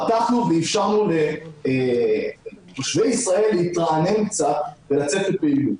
פתחנו ואפשרנו לתושבי ישראל להתרענן קצת ולצאת לפעילות.